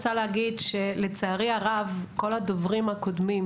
לצערי הרב, כל הדוברים הקודמים